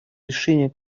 решение